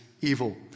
evil